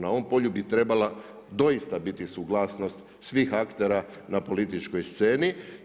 Na ovom polju bi trebala doista biti suglasnost svih aktera na političkoj sceni.